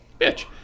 bitch